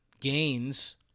gains